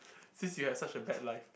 since you have such a bad light